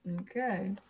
Okay